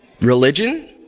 religion